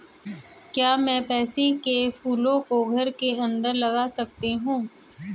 क्या मैं पैंसी कै फूलों को घर के अंदर लगा सकती हूं?